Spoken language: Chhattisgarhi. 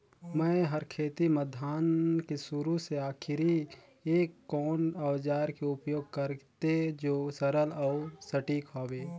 मै हर खेती म धान के शुरू से आखिरी तक कोन औजार के उपयोग करते जो सरल अउ सटीक हवे?